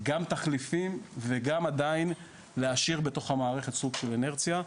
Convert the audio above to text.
גם תחליפים וגם עדיין להשאיר בתוך המערכת סוג של אינרציה.